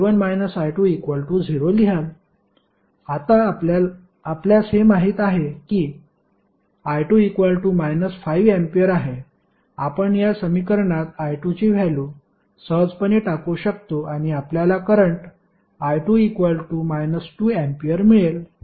आता आपल्यास हे माहित आहे की I2 5 अँपिअर आहे आपण या समीकरणात I2 ची व्हॅल्यु सहजपणे टाकू शकतो आणि आपल्याला करंट I2 2 A मिळेल